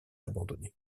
abandonnées